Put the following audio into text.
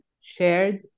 shared